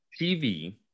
TV